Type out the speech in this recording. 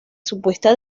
supuesta